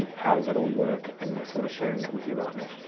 um how does it all work? and we're sort of sharing that with you right now.